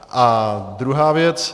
A druhá věc.